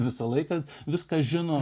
visą laiką viską žino